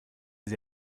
sie